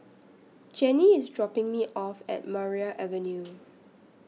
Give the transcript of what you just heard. Jannie IS dropping Me off At Maria Avenue